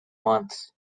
months